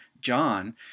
John